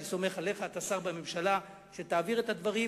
אני סומך עליך, אתה שר בממשלה, שתעביר את הדברים,